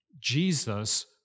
Jesus